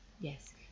yes